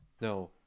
No